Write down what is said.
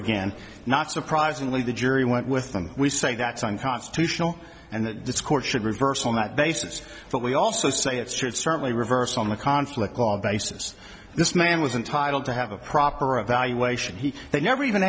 again not surprisingly the jury went with them we say that's unconstitutional and this court should reverse on that basis but we also say it's certainly reversed on one conflict law basis this man was entitled to have a proper evaluation he never even